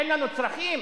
אין לנו צרכים?